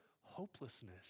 hopelessness